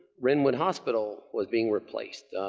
ringwood hospital was being replaced.